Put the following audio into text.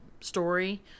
story